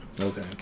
Okay